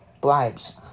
bribes